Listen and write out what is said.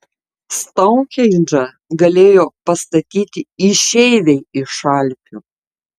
stounhendžą galėjo pastatyti išeiviai iš alpių